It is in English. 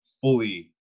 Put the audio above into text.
fully